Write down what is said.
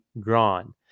drawn